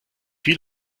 viel